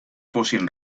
fossin